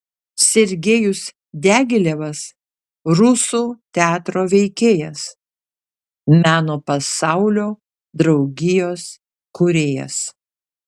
sergejus diagilevas rusų teatro veikėjas meno pasaulio draugijos kūrėjas